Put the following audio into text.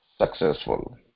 successful